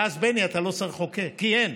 ואז, בני, אתה לא צריך לחוקק, כי אין.